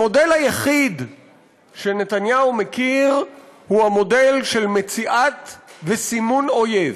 המודל היחיד שנתניהו מכיר הוא המודל של מציאה וסימון של אויב.